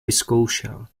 vyzkoušel